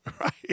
Right